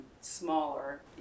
smaller